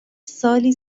سالی